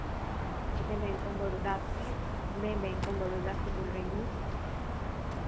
मैं bank of Baroda से मैं बैंक ऑफ बड़ोदा से बोल रही हूँ